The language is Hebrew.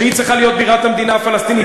שהיא צריכה להיות בירת המדינה הפלסטינית,